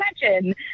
imagine